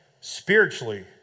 Spiritually